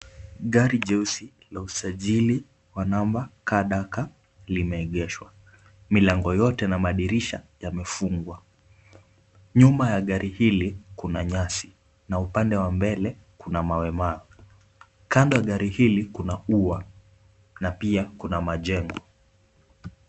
Gari jeusi la usajili wa namba KDK limeegeshwa. Milango yote na madirisha yamefungwa. Nyuma ya gari hili kuna nyasi na upande wa mbele kuna mawe mawe. Kando ya gari hili kuna ua na pia kuna majengo.